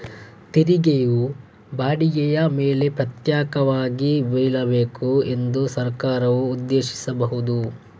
ತೆರಿಗೆಯು ಬಾಡಿಗೆಯ ಮೇಲೆ ಪ್ರತ್ಯೇಕವಾಗಿ ಬೀಳಬೇಕು ಎಂದು ಸರ್ಕಾರವು ಉದ್ದೇಶಿಸಬಹುದು